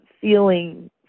feeling